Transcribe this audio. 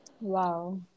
Wow